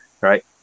right